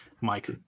Mike